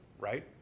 right